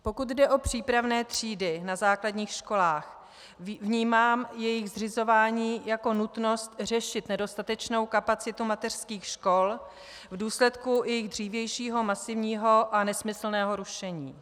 Pokud jde o přípravné třídy na základních školách, vnímám jejich zřizování jako nutnost řešit nedostatečnou kapacitu mateřských škol v důsledku jejich dřívějšího masivního a nesmyslného rušení.